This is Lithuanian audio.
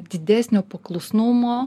didesnio paklusnumo